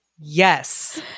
yes